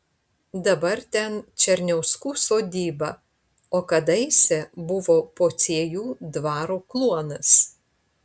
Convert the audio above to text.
dabar ten černiauskų sodyba o kadaise buvo pociejų dvaro kluonas